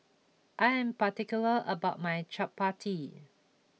I am particular about my Chapati